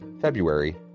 February